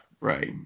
Right